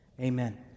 Amen